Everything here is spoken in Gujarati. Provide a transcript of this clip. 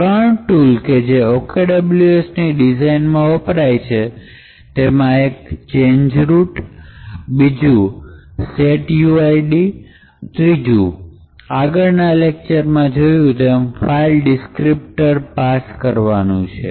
૩ ટૂલ કે જે OKWS ની ડિઝાઇન માં વપરાય છે તેમાં એક ચેન્જ રૂટ બીજું setuid અને ત્રીજો માટે આગળના લેક્ચરમાં જોયું તેમ ફાઈલ દિસ્ક્રિપ્તોર પાસ કરવાનું છે